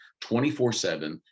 24-7